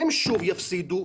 הם שוב יפסידו,